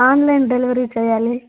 online delivery చేయాలి